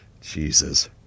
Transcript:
Jesus